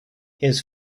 his